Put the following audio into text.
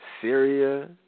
Syria